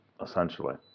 essentially